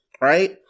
right